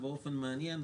באופן מעניין,